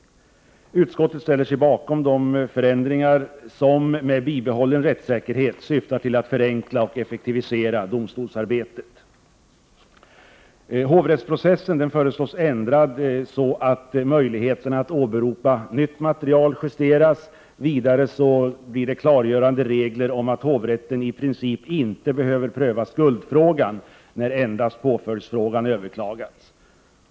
Utskottet ställer sig bakom de förändringar som — med bibehållen rättssäkerhet — syftar till att förenkla och effektivisera domstolsarbetet. Hovrättsprocessen föreslås ändrad så, att möjligheterna att åberopa nytt material justeras. Vidare föreslås att det skall införas klargörande regler om att hovrätten i princip inte behöver pröva skuldfrågan när endast påföljdsfrågan överklagats.